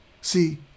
See